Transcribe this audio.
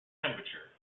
temperature